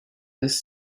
this